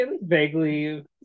vaguely